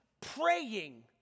praying